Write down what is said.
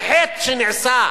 זה חטא שנעשה,